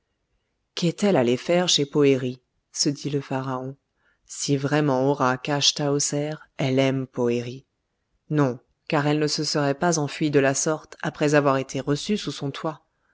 allée faire chez poëri se dit le pharaon si vraiment hora cache tahoser elle aime poëri non car elle ne se serait pas enfuie de la sorte après avoir été reçue sous son toit